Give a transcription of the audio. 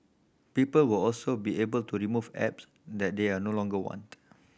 people will also be able to remove apps that they are no longer want